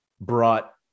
brought